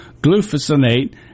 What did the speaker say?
glufosinate